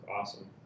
awesome